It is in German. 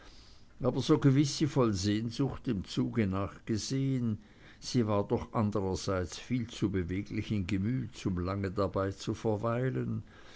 aber so gewiß sie voll sehnsucht dem zug nachgesehen sie war doch andererseits viel zu beweglichen gemüts um lange dabei zu verweilen